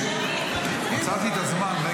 עצרתי את הזמן.